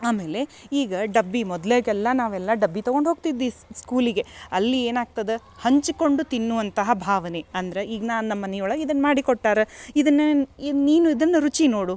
ಆಮೇಲೆ ಈಗ ಡಬ್ಬಿ ಮೊದ್ಲೆಗೆಲ್ಲ ನಾವೆಲ್ಲ ಡಬ್ಬಿ ತಗೊಂಡು ಹೋಗ್ತಿದ್ವಿ ಸ್ಕೂಲಿಗೆ ಅಲ್ಲಿ ಏನಾಗ್ತದ ಹಂಚಿಕೊಂಡು ತಿನ್ನುವಂತಹ ಭಾವನೆ ಅಂದ್ರ ಈಗ ನಾನು ನಮ್ಮನಿಯೊಳಗ ಇದನ್ನ ಮಾಡಿಕೊಟ್ಟಾರ ಇದನ್ನೇ ಎ ನೀನು ಇದನ್ನ ರುಚಿ ನೋಡು